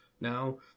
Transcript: now